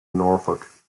norfolk